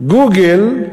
"גוגל"